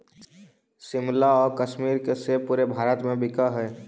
शिमला आउ कश्मीर के सेब पूरे भारत में बिकऽ हइ